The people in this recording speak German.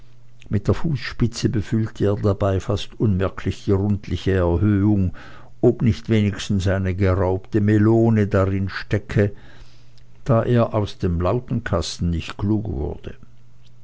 mit der fußspitze befühlte er dabei fast unmerklich die rundliche erhöhung ob nicht wenigstens eine geraubte melone dahinterstecke da er aus dem lautenkasten nicht klug wurde